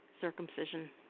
Circumcision